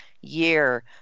year